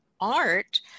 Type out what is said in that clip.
art